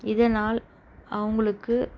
இதனால் அவங்களுக்கு